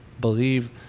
believe